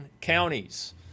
counties